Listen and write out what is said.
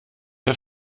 der